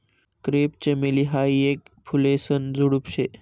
crepe चमेली हायी येक फुलेसन झुडुप शे